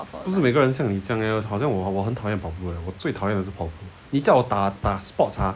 不是每个人都像你这样 leh 好像我我很讨厌跑步的我最讨厌就是跑步你叫我打打 sports ah